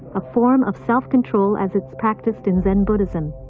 a form of self-control as it's practiced in zen buddhism.